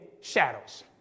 shadows